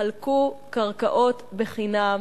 חלקו קרקעות בחינם